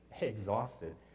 exhausted